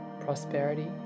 prosperity